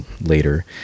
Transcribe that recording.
later